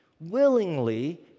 willingly